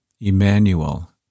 Emmanuel